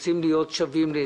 צריך לאפשר להם את זה.